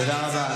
תודה רבה.